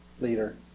leader